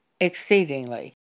exceedingly